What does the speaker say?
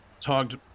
talked